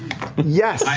yes!